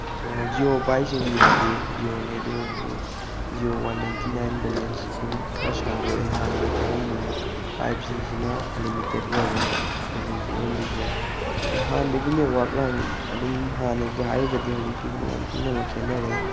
ꯖꯤꯑꯣ ꯄꯥꯏꯕꯁꯤꯡꯒꯤ ꯑꯣꯏꯅꯗꯤ ꯖꯤꯑꯣꯅꯦ ꯑꯗꯨꯑꯣꯏꯔꯁꯨ Jio one ninety nine balance ꯑꯗꯨꯝ ꯈꯔ ꯁꯥꯡꯗꯣꯛꯑꯦ ꯍꯥꯟꯅ ꯇꯦꯜꯂꯝꯕꯅꯦ ꯐꯥꯏꯚ ꯖꯤꯁꯤꯅ ꯑꯟꯂꯤꯃꯤꯇꯦꯠ ꯑꯣꯏꯔꯦ ꯕꯦꯂꯦꯟꯁꯁꯦ ꯑꯦꯝ ꯕꯤꯁꯦ ꯍꯥꯟꯅꯗꯒꯤ ꯅꯦꯠꯋꯥꯛ ꯂꯥꯟ ꯑꯗꯨꯝ ꯍꯥꯟꯅꯒꯤ ꯍꯥꯏꯔꯒꯗꯤ ꯍꯧꯖꯤꯛꯀꯤꯁꯤꯅ ꯌꯥꯝ ꯊꯤꯅ ꯑꯃꯨꯛ ꯈꯦꯠꯅꯔꯦ